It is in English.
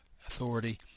authority